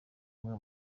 amwe